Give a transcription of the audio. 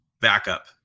backup